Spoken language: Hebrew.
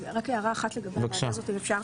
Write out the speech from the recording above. רק הערה אחת לגבי הוועדה הזאת, אם אפשר.